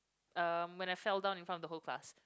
um when I fell down in front of the whole class